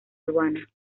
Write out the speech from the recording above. aduana